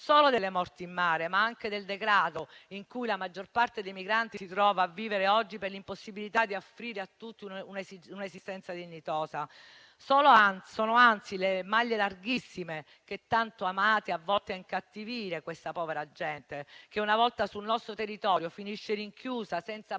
non solo delle morti in mare, ma anche del degrado in cui la maggior parte dei migranti si trova a vivere oggi per l'impossibilità di offrire a tutti un'esistenza dignitosa. Sono anzi le maglie larghissime che tanto amate, a volte, a incattivire questa povera gente che, una volta sul nostro territorio, finisce rinchiusa senza prospettive